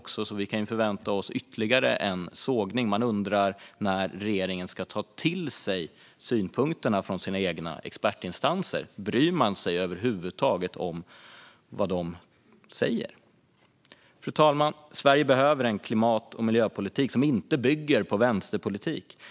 Vi kan därför förvänta oss ytterligare en sågning. När ska regeringen ta till sig synpunkterna från sina egna expertinstanser? Bryr man sig över huvud taget om vad de säger? Fru talman! Sverige behöver en klimat och miljöpolitik som inte bygger på vänsterpolitik.